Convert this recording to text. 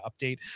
update